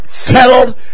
settled